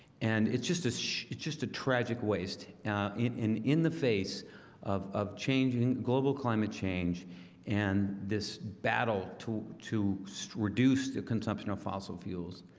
and it's just a it's just a tragic waste in in in the face of changing changing global climate change and this battle to to so reduce the consumption of fossil fuels